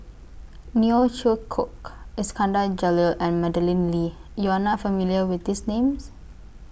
Neo Chwee Kok Iskandar Jalil and Madeleine Lee YOU Are not familiar with These Names